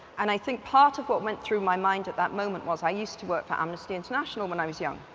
and i think part of what went through my mind at that moment was that i used to work for amnesty international, when i was young,